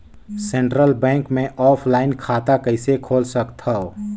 Central bank मे offline खाता कइसे खोल सकथव?